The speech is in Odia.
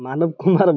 ମାନବ କୁମାର